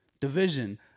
Division